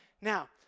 Now